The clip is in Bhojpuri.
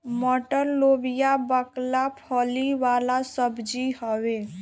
मटर, लोबिया, बकला फली वाला सब्जी हवे